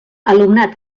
alumnat